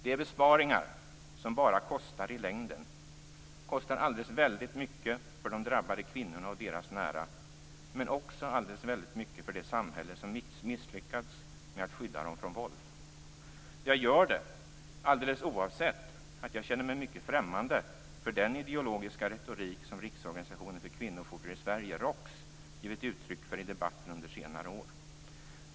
Det är besparingar som bara kostar i längden - kostar alldeles väldigt mycket för de drabbade kvinnorna och deras nära men också alldeles väldigt mycket för det samhälle som misslyckats med att skydda dem från våld. Jag gör det alldeles oavsett att jag känner mig mycket främmande för den ideologiska retorik som ROKS, givit uttryck för i debatten under senare år.